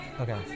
Okay